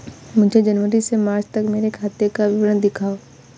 मुझे जनवरी से मार्च तक मेरे खाते का विवरण दिखाओ?